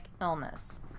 illness